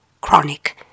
chronic